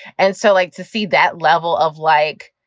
and so like to see that level of like.